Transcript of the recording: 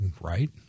right